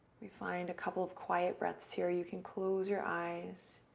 we find a couple of quiet breaths here. you can close your eyes